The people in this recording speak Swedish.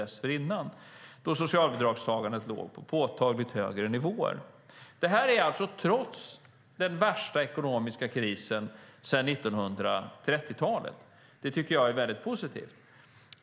Då låg socialbidragstagandet på påtagligt högre nivåer. Detta har alltså varit fallet trots den värsta ekonomiska krisen sedan 1930-talet. Det tycker jag är väldigt positivt.